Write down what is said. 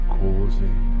causing